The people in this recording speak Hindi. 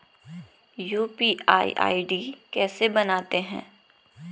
यु.पी.आई आई.डी कैसे बनाते हैं?